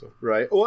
Right